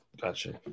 Gotcha